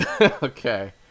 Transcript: Okay